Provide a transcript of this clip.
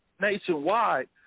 nationwide